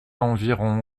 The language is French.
environ